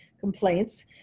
complaints